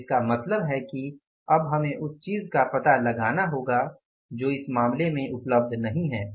तो इसका मतलब है कि अब हमें उस चीज़ का पता लगाना होगा जो इस मामले में उपलब्ध नहीं है